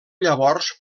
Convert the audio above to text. llavors